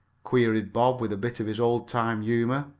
queried bob, with a bit of his old-time humor.